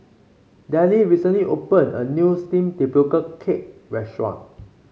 Delle recently opened a new steamed Tapioca Cake restaurant